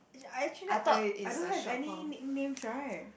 as in I actually I I don't have any nicknames right